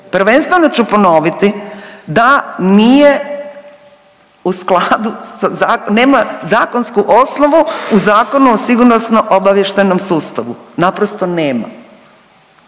prvenstveno ću ponoviti da nije u skladu sa za…, nema zakonsku osnovu u Zakonu o Sigurnosno-obavještajnom sustavu, naprosto nema.